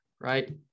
right